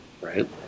right